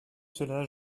cela